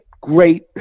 great